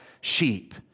sheep